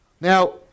Now